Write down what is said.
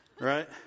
Right